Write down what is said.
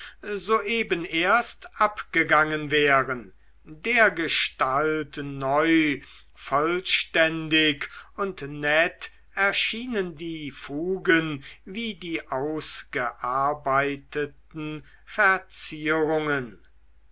steinmetzen soeben erst abgegangen wären dergestalt neu vollständig und nett erschienen die fugen wie die ausgearbeiteten verzierungen